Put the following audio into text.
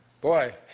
Boy